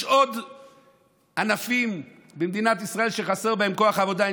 יש עוד ענפים במדינת ישראל שחסר בהם כוח עבודה.